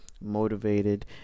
motivated